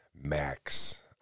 max